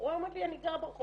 הבחורה אומרת לי אני גרה ברחוב,